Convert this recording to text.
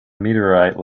meteorite